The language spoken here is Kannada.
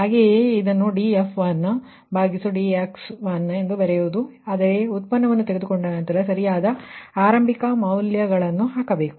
ಹಾಗೆಯೇ ಇದು df1dx1 ಆದರೆ ಡಿರೈವಿಟಿಯನ್ನು ತೆಗೆದುಕೊಂಡ ನಂತರ ಸರಿಯಾದ ಆರಂಭಿಕ ಮೌಲ್ಯಗಳನ್ನು ಹಾಕಬೇಕು